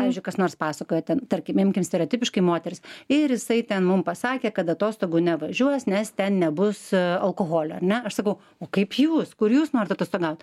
pavyzdžiui kas nors pasakojate tarkim imkime stereotipiškai moteris ir jisai ten mums pasakė kad atostogų nevažiuos nes ten nebus alkoholio ar ne aš sakau kaip jūs kur jūs norit atostogaut